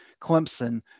Clemson